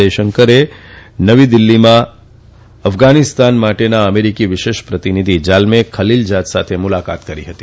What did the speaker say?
જયશંકરે નવી દિલ્ફીમાં ફઘાનીસ્તાન માટેના મેરીકી વિશેષ પ્રતિભિધિ જાલ્મે ખલીલજાદ સાથે મુલાકાત કરી હતી